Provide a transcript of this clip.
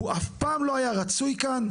הוא אף פעם לא היה רצוי כאן,